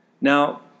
Now